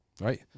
right